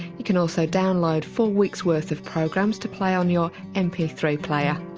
you can also download four weeks worth of programs to play on your m p three player.